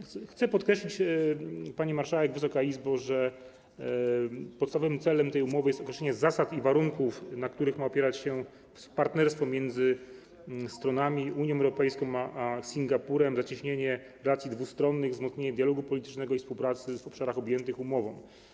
Chcę podkreślić, pani marszałek, Wysoka Izbo, że podstawowym celem tej umowy jest określenie zasad i warunków, na których ma opierać się partnerstwo między stronami, Unią Europejską a Singapurem, zacieśnienie relacji dwustronnych, wzmocnienie dialogu politycznego i współpracy w obszarach objętych umową.